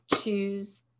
Choose